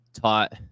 taught